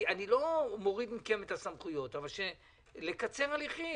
אני לא מוריד מכם את הסמכויות, אבל לקצר הליכים.